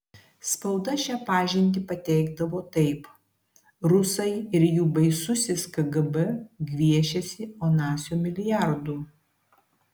spauda šią pažintį pateikdavo taip rusai ir jų baisusis kgb gviešiasi onasio milijardų